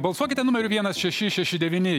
balsuokite numeriu vienas šeši šeši devyni